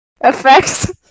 effects